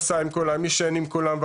עישן עם כולם,